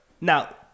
Now